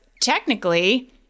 technically